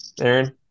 Aaron